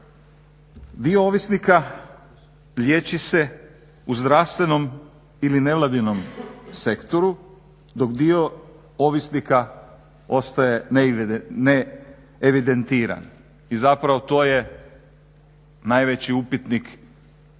Dio ovisnika liječi se u zdravstvenom ili nevladinom sektoru dok dio ovisnika ostaje neevidentiran i zapravo to je najveći upitnik u čitavom